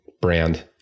brand